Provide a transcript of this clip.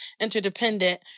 interdependent